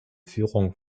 führung